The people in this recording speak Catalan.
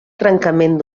trencament